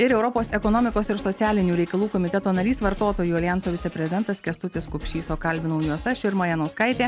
ir europos ekonomikos ir socialinių reikalų komiteto narys vartotojų aljanso viceprezidentas kęstutis kupšys o kalbinau juos aš irma janauskaitė